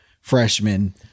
freshman